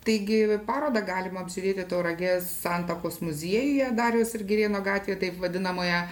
taigi parodą galima apžiūrėti tauragės santakos muziejuje dariaus ir girėno gatvėje taip vadinamoje